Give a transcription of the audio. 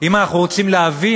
אם אנחנו רוצים להבין,